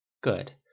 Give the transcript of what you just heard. Good